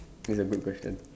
this is a good question